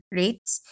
rates